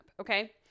Okay